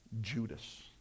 Judas